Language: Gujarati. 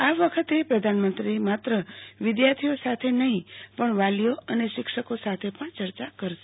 આ વખતે પ્રધાનમંત્રી માત્ર વિદ્યાર્થીઓસાથે નહીં પણ વાલીઓ અને શિક્ષકો સાથે પણ ચર્ચા કરશે